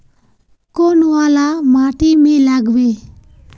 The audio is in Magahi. कौन वाला माटी में लागबे?